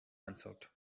answered